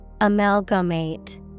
Amalgamate